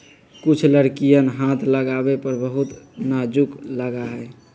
कुछ लकड़ियन हाथ लगावे पर बहुत नाजुक लगा हई